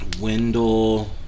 Wendell